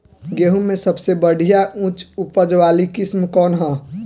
गेहूं में सबसे बढ़िया उच्च उपज वाली किस्म कौन ह?